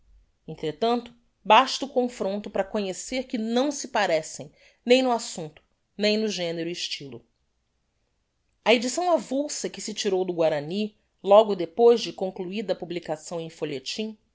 entretanto basta o confronto para conhecer que não se parecem nem no assumpto nem no genero e estylo a edicção avulsa que se tirou do guarany logo depois de concluida a publicação em folhetim